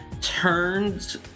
turns